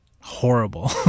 horrible